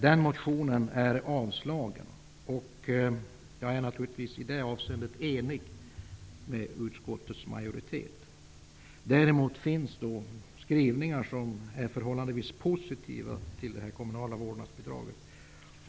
Den motionen har avstyrkts. Naturligtvis är jag i det avseendet överens med utskottets majoritet. Däremot finns det skrivningar som är förhållandevis positiva till det kommunala vårdnadsbidraget.